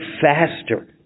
faster